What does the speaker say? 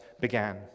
began